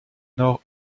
nord